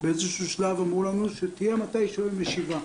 באיזשהו שלב אמרו לנו, שתהיה מתישהו היום ישיבה.